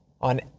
on